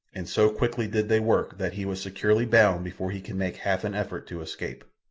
and so quickly did they work that he was securely bound before he could make half an effort to escape.